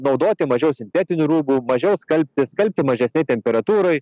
naudoti mažiau sintetinių rūbų mažiau skalbti skalbti mažesnėj temperatūroj